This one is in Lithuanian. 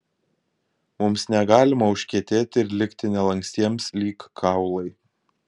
mums negalima užkietėti ir likti nelankstiems lyg kaulai